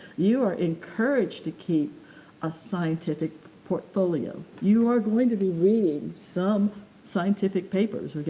you are encouraged to keep a scientific portfolio. you are going to be reading some scientific papers, okay.